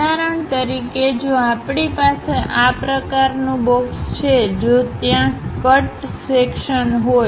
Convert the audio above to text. ઉદાહરણ તરીકે જો આપણી પાસે આ પ્રકારનું બોક્સ છેજો ત્યાં કટ સેક્શનહોય